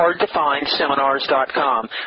HardToFindSeminars.com